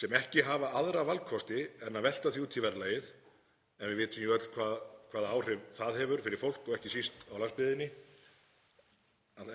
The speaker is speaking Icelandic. sem ekki hafa aðra valkosti en að velta honum út í verðlagið. Við vitum öll hvaða áhrif það hefur fyrir fólk og ekki síst á landsbyggðinni.